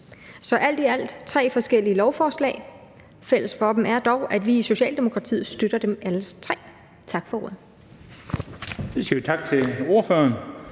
Så alt i alt tre forskellig lovforslag. Fælles for dem er dog, at vi i Socialdemokratiet støtter dem alle tre. Tak for ordet.